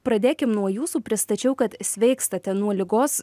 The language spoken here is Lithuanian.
pradėkim nuo jūsų pristačiau kad sveikstate nuo ligos